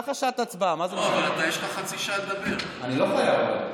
אני לא חייב.